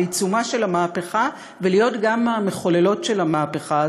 בעיצומה של המהפכה,